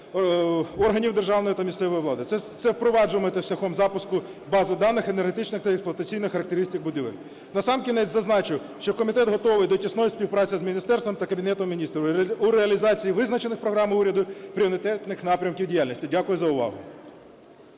органів державної та місцевої влади. Це впроваджуватиметься шляхом запуску бази даних енергетичних та експлуатаційних характеристик будівель. Насамкінець зазначу, що комітет готовий до тісної співпраці з міністерством та Кабінетом Міністрів у реалізації, визначених Програмою уряду, пріоритетних напрямків діяльності. Дякую за увагу.